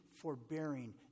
forbearing